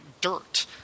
dirt